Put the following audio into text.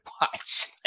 watch